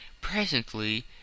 Presently